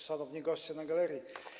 Szanowni Goście na galerii!